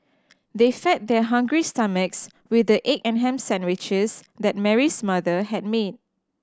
they fed their hungry stomachs with the egg and ham sandwiches that Mary's mother had made